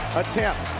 attempt